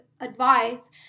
advice